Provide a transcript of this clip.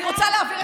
שלא יצעקו.